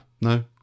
no